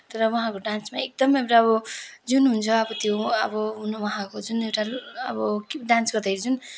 तर उहाँको डान्समा एकदमै र अब जुन हुन्छ अब त्यो अब उहाँको जुन एउटा अब डान्स गर्दाखेरि जुन